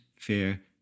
fear